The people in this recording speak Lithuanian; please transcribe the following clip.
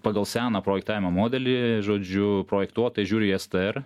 pagal seną projektavimo modelį žodžiu projektuotojai žiūri į str